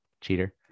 Cheater